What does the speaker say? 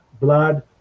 blood